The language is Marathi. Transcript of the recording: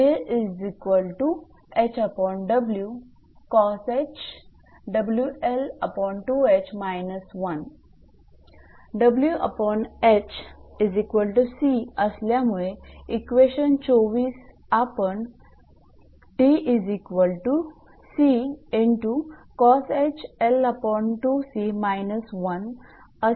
𝐻𝑊𝑐 असल्यामुळे इक्वेशन 24 आपण असे लिहू शकतो